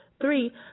Three